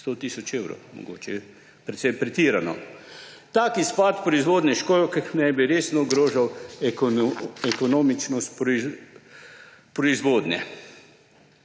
100 tisoč evrov je mogoče precej pretirano. Tak izpad proizvodnje školjk naj bi resno ogrožal ekonomičnost proizvodnje.